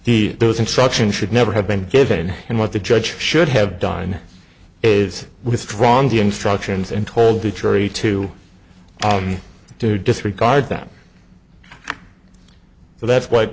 the those instructions should never have been given and what the judge should have done is withdrawn the instructions and told the jury to disregard them so that's wh